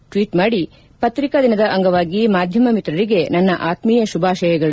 tweet ಮಾಡಿ ಪತ್ರಿಕಾ ದಿನದ ಅಂಗವಾಗಿ ಮಾಧ್ವಮ ಮಿತ್ರರಿಗೆ ನನ್ನ ಆತ್ಮೀಯ ಶುಭಾಶಯಗಳು